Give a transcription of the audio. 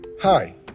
Hi